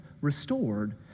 restored